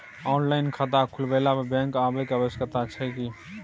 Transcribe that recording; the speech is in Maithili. ऑनलाइन खाता खुलवैला पर बैंक आबै के आवश्यकता छै की?